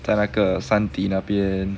在那个山底那边